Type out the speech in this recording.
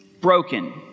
broken